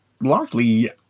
largely